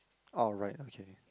alright okay